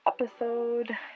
episode